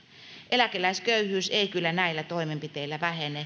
eläkeläisköyhyys ei kyllä näillä toimenpiteillä vähene